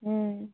हूँ